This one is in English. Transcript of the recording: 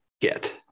get